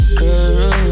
girl